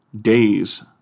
days